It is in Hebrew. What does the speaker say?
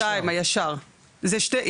ההיתרים הישנים נמצאים בתוקף.